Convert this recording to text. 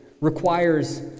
requires